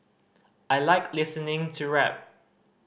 I like listening to rap